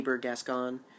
Gascon